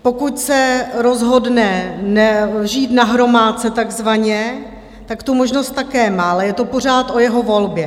Pokud se rozhodne nežít na hromádce takzvaně, tak tu možnost také má, ale je to pořád o jeho volbě.